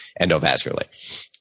endovascularly